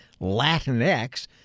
Latinx